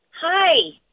Hi